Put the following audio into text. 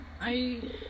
I-